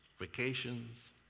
vacations